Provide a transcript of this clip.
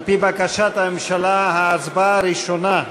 על-פי בקשת הממשלה, ההצבעה הראשונה,